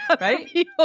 Right